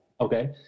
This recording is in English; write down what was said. okay